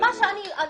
נראה.